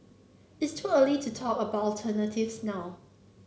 it's too early to talk about alternatives now